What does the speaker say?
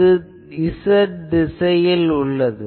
இது Z திசையிலானது